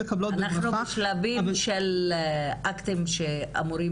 התשתית של כל הסבל של הנשים ידועה ודיברנו